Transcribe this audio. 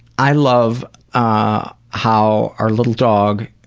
i love ah how our little dog,